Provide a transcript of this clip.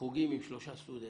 חוגים עם שלושה סטודנטים,